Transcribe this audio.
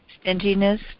stinginess